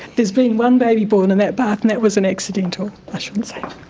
has been one baby born in that bath, and that was an accidental. i shouldn't say that!